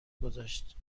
گذاشت